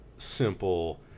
simple